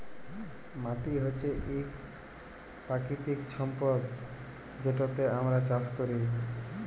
মাটি হছে ইক পাকিতিক সম্পদ যেটতে আমরা চাষ ক্যরি